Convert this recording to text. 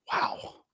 wow